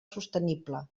sostenible